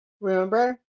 remember